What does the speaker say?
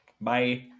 Bye